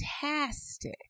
fantastic